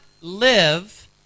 live